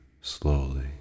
slowly